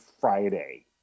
Friday